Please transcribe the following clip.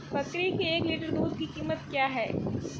बकरी के एक लीटर दूध की कीमत क्या है?